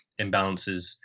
imbalances